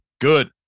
good